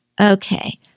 Okay